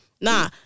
Nah